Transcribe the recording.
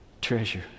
treasure